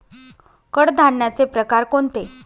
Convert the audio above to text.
कडधान्याचे प्रकार कोणते?